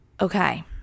Okay